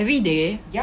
every day